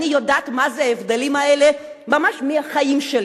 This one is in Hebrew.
אני יודעת מה ההבדלים מהחיים שלי.